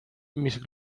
mis